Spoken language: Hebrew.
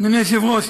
אדוני היושב-ראש,